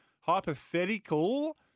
hypothetical